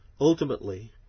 Ultimately